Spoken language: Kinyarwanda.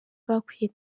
bakuye